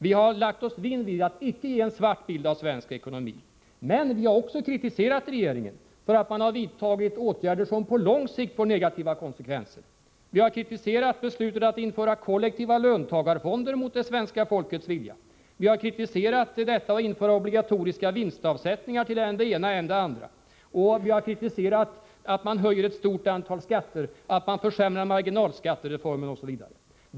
Vi har lagt oss vinn om att icke ge en svart bild av svensk ekonomi. Men vi har också kritiserat regeringen för att den har vidtagit åtgärder som på lång sikt får negativa konsekvenser. Vi har kritiserat beslutet att införa kollektiva löntagarfonder mot det svenska folkets vilja. Vi har kritiserat införandet av obligatoriska vinstavsättningar till än det ena, än det andra. Och vi har kritiserat att man höjer ett stort antal skatter, att man försämrar marginalskattereformen, osv.